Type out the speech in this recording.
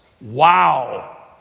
Wow